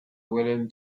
william